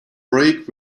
break